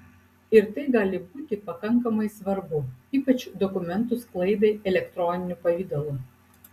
ir tai gali būti pakankamai svarbu ypač dokumentų sklaidai elektroniniu pavidalu